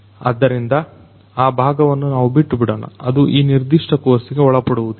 ಆದ್ದರಿಂದ ಆ ಭಾಗವನ್ನು ನಾವು ಬಿಟ್ಟುಬಿಡೋಣ ಅದು ಈ ನಿರ್ದಿಷ್ಟ ಕೋರ್ಸಿಗೆ ಒಳಪಡುವುದಿಲ್ಲ